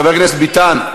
חבר הכנסת ביטן,